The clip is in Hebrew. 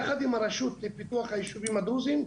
יחד עם הרשות לפיתוח הישובים הדרוזים,